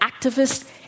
activists